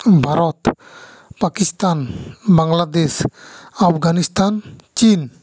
ᱵᱷᱟᱨᱚᱛ ᱯᱟᱠᱤᱥᱛᱟᱱ ᱵᱟᱝᱞᱟᱫᱮᱥ ᱟᱯᱷᱜᱟᱹᱱᱤᱥᱛᱟᱱ ᱪᱤᱱ